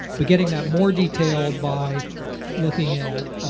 but getting that more detailed by looking at